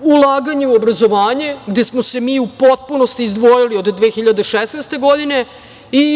ulaganje u obrazovanje, gde smo se mi u potpunosti izdvojili od 2016. godine i